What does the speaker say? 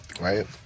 right